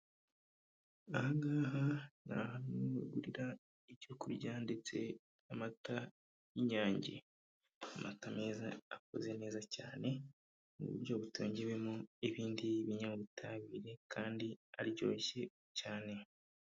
Aha ngaha ni hamwe mu ho bagurira ibyo kurya ndetse amata y'inyange. Amata meza akoze neza cyane mu buryo butongewemo ibindi binyabutabire kandi aryoshye cyane.